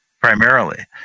primarily